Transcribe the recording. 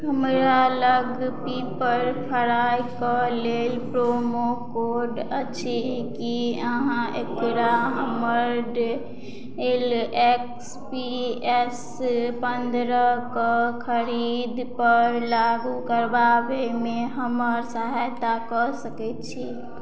हमरा लग पिपरफ्राईके लेल प्रोमो कोड अछि की अहाँ एकरा हमर डेल एक्सपीएस पंद्रहके खरीद पर लागू करबाबैमे हमर सहायता कऽ सकैत छी